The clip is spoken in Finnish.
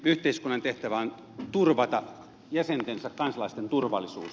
yhteiskunnan tehtävä on turvata jäsentensä kansalaisten turvallisuus